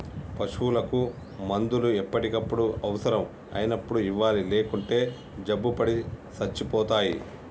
పశువులకు మందులు ఎప్పటికప్పుడు అవసరం అయినప్పుడు ఇవ్వాలి లేకుంటే జబ్బుపడి సచ్చిపోతాయి